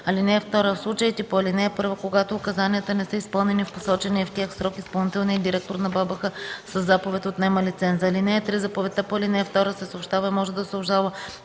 лиценза. (2) В случаите по ал. 1, когато указанията не са изпълнени в посочения в тях срок, изпълнителният директор на БАБХ със заповед отнема лиценза. (3) Заповедта по ал. 2 се съобщава и може да се обжалва